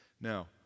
now